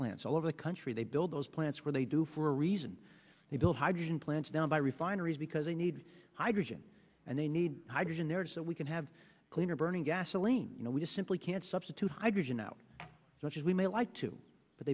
plants all over the country they build those plants where they do for a reason they build hydrogen plants down by refineries because they need hydrogen and they need hydrogen there so we can have cleaner burning gasoline you know we simply can't substitute hydrogen out as much as we may like to but